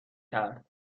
کرد